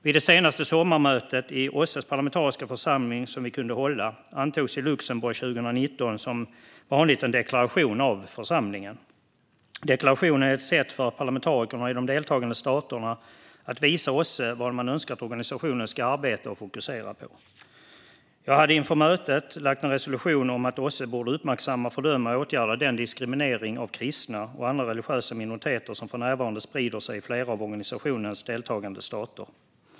Vid det senaste sommarmöte i OSSE:s parlamentariska församling som vi kunde hålla, det i Luxemburg 2019, antogs som vanligt en deklaration av församlingen. Deklarationen är ett sätt för parlamentarikerna i de deltagande staterna att visa OSSE vad man önskar att organisationen ska arbeta med och fokusera på. Jag hade inför mötet lagt fram ett förslag att OSSE i en resolution borde uppmärksamma, fördöma och åtgärda den diskriminering av kristna och andra religiösa minoriteter som för närvarande sprider sig i flera av organisationens deltagande stater.